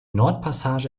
nordpassage